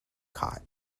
caught